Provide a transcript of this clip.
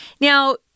Now